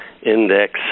Index